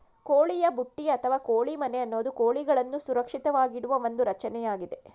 ಕೋಳಿಯ ಬುಟ್ಟಿ ಅಥವಾ ಕೋಳಿ ಮನೆ ಅನ್ನೋದು ಕೋಳಿಗಳನ್ನು ಸುರಕ್ಷಿತವಾಗಿಡುವ ಒಂದು ರಚನೆಯಾಗಿದೆ